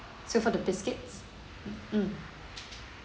so for the brisket mm